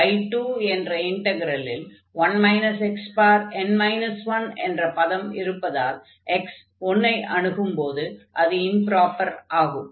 I2 என்ற இன்டக்ரலில் 1 xn 1 என்ற பதம் இருப்பதால் x 1 ஐ அணுகும்போது அது இம்ப்ராப்பர் ஆகும்